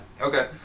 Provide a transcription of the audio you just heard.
okay